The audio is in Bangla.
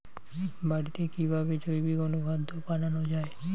বাড়িতে কিভাবে জৈবিক অনুখাদ্য বানানো যায়?